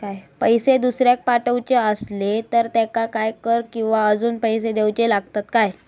पैशे दुसऱ्याक पाठवूचे आसले तर त्याका काही कर किवा अजून पैशे देऊचे लागतत काय?